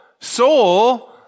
soul